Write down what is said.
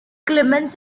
clemens